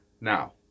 Now